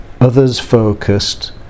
others-focused